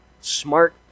Smart